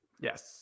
Yes